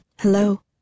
Hello